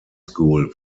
school